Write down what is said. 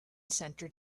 center